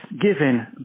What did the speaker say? given